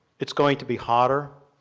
it's going to be hotter.